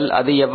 அது எவ்வளவு